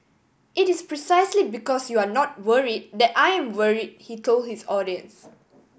it is precisely because you are not worry that I am worry he told his audience